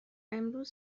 امروز